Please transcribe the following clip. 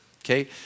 okay